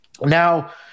Now